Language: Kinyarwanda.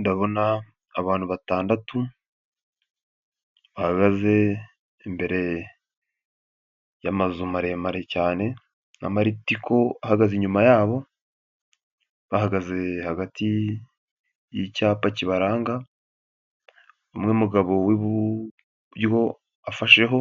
Ndabona abantu batandatu bahagaze imbere y'amazu maremare cyane, n'amaritiko ahagaze inyuma yabo, bahagaze hagati y'icyapa kibaranga, umwe umugabo w'iburyo afasheho,